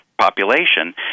population